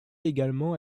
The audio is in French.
également